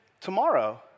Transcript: tomorrow